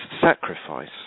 sacrifice